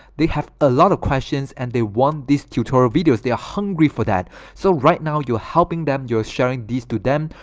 they have a lot of questions and they want these tutorial videos. hungry for that so right now you're helping them you're sharing these to them,